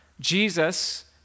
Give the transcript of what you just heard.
Jesus